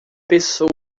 pessoa